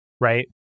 right